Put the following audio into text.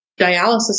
dialysis